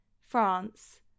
France